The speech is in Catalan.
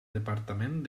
departament